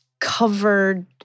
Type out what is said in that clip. covered